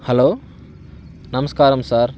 hello నమస్కారం sir